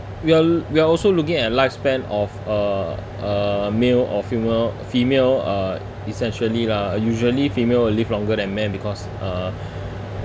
we are we are also looking at lifespan of uh uh male or female female are essentially lah usually female will live longer than men because uh